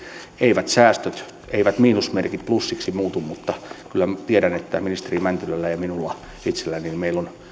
eivät säästöt eivät miinusmerkit plussiksi muutu mutta kyllä tiedän että ministeri mäntylällä ja minulla itselläni meillä on